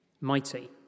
mighty